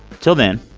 till then,